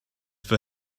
for